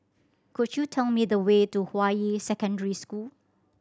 could you tell me the way to Hua Yi Secondary School